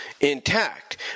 intact